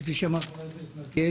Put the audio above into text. כפי שאמר חבר הכנסת מלכיאלי,